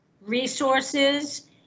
resources